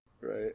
right